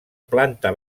planta